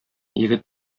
егет